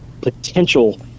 potential